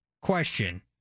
Question